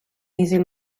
easy